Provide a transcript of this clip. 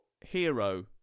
hero